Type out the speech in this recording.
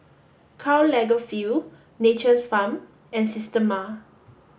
Karl Lagerfeld Nature's Farm and Systema